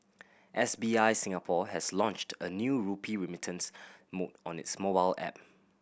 S B I Singapore has launched a new rupee remittance mode on its mobile app